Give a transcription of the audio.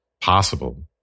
possible